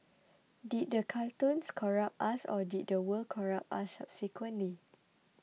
did these cartoons corrupt us or did the world corrupt us subsequently